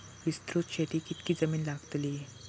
विस्तृत शेतीक कितकी जमीन लागतली?